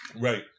Right